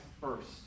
first